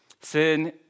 Sin